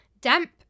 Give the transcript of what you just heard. Damp